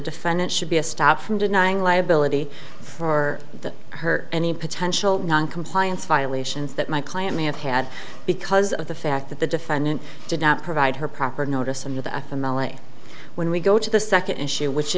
the defendant should be a stop from denying liability for her any potential noncompliance violations that my client may have had because of the fact that the defendant did not provide her proper notice of the f m l a when we go to the second issue which